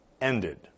ended